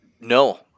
no